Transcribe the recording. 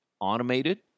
automated